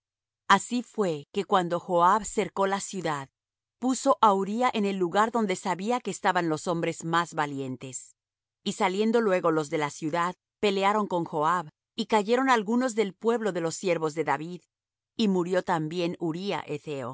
así fué que cuando joab cercó la ciudad puso á uría en el lugar donde sabía que estaban los hombres más valientes y saliendo luego los de la ciudad pelearon con joab y cayeron algunos del pueblo de los siervos de david y murió también uría